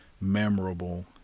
memorable